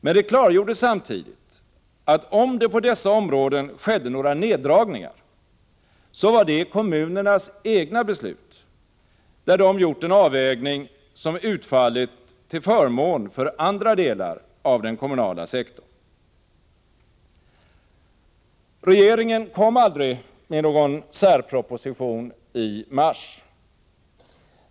Men det klargjordes samtidigt att om det på dessa områden skedde några neddragningar så var det kommunernas egna beslut, där de gjort en avvägning som utfallit till förmån för andra delar av den kommunala sektorn. Regeringen kom aldrig med någon särproposition i mars.